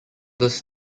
this